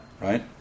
Right